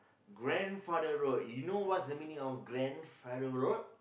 grandfather road you know what's the meaning of grandfather road